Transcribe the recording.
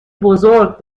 بزرگ